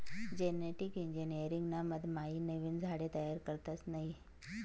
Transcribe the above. genetic engineering ना मधमाईन नवीन झाडे तयार करतस नयी